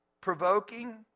provoking